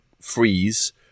freeze